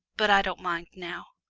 but i don't mind now.